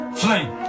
Flame